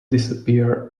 disappear